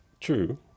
true